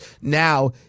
now